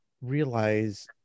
realize